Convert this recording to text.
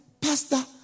Pastor